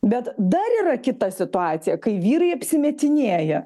bet dar yra kita situacija kai vyrai apsimetinėja